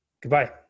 Goodbye